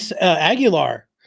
Aguilar